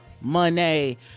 money